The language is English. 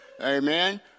Amen